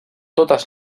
totes